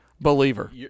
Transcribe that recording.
believer